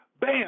Bam